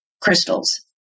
crystals